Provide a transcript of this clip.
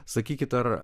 sakykit ar